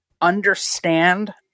understand